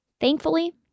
thankfully